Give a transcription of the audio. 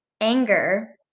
anger